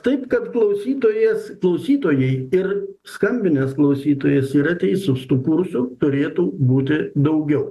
taip kad klausytojas klausytojai ir skambinęs klausytojas yra teisūs tų kursų turėtų būti daugiau